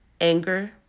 anger